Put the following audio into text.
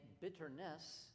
bitterness